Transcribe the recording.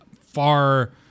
far